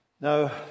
Now